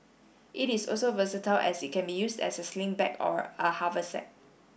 it is also versatile as it can be used as a sling bag or a haversack